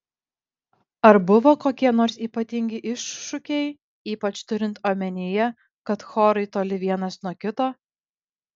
ar buvo kokie nors ypatingi iššūkiai ypač turint omenyje kad chorai toli vienas nuo kito